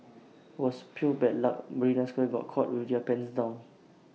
IT was pure bad luck marina square got caught with their pants down